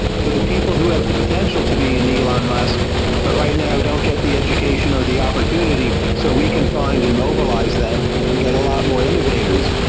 so the people who have the potential to be an elon musk but right now don't get the education or the opportunity so we can find and mobilize them and get a lot more innovators,